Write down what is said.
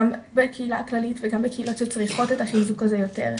גם בקהילה הכללית וגם בקהילות שצריכות את החיזוק הזה יותר,